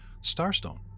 starstone